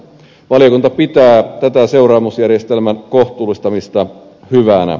valiokunta pitää tätä seuraamusjärjestelmän kohtuullistamista hyvänä